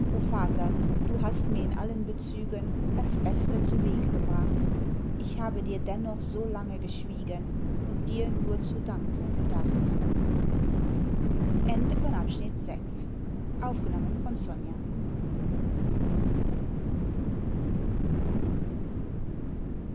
vater du hast mir in allen bezügen das beste zuwege gebracht ich habe dir dennoch so lange geschwiegen und dir nur zu danke gedacht